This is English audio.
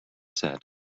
said